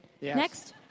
Next